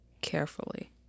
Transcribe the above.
carefully